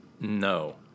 No